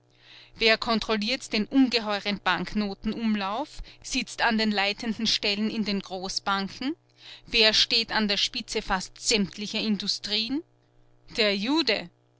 wer kontrolliert den ungeheuren banknotenumlauf sitzt an den leitenden stellen in den großbanken wer steht an der spitze fast sämtlicher industrieen der jude